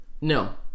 No